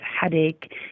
headache